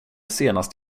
senast